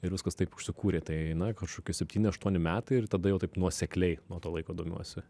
ir viskas taip užsikūrė tai na kažkokie septyni aštuoni metai ir tada jau taip nuosekliai nuo to laiko domiuosi